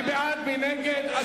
מי בעד, מי נגד?